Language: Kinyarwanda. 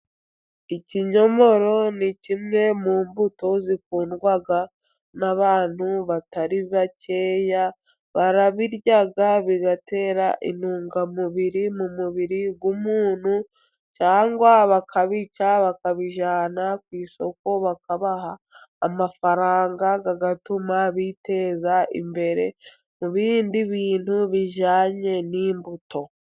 Ikinyomoro ni kimwe mu mbuto zikundwa n'abantu batari bakeya, barabirya bitera intungamubiri mu mubiri w'umuntu cyangwa bakabica bakabijyana ku isoko, bakabaha amafaranga atuma biteza imbere mu bindi bintu bijyanye n'imbuto.